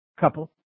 Couple